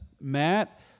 Matt